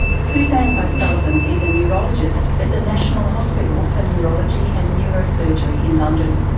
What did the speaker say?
suzanne o'sullivan is a neurologist at the national hospital for neurology and neurosurgery in london.